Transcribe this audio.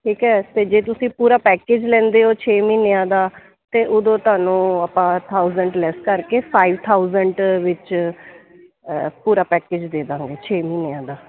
ਠੀਕ ਹੈ ਅਤੇ ਜੇ ਤੁਸੀਂ ਪੂਰਾ ਪੈਕਜ ਲੈਂਦੇ ਹੋ ਛੇ ਮਹੀਨਿਆਂ ਦਾ ਅਤੇ ਉਦੋਂ ਤੁਹਾਨੂੰ ਆਪਾਂ ਥਾਊਡੈਂਡ ਲੈਸ ਕਰਕੇ ਫਾਈਵ ਥਾਊਜੈਂਡ ਵਿੱਚ ਪੂਰਾ ਪੈਕੇਜ ਦੇ ਦਿਆਂਗੇ ਛੇ ਮਹੀਨਿਆਂ ਦਾ